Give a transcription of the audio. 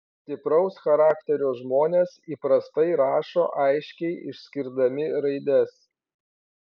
stipraus charakterio žmonės įprastai rašo aiškiai išskirdami raides